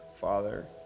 Father